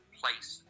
place